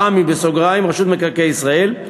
רמ"י, רשות מקרקעי ישראל,